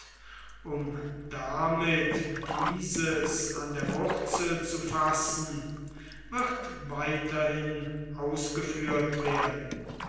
um damit dieses an der wurzel zu fassen wird weiterhin ausgeführt werden